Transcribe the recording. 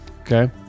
okay